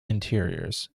interiors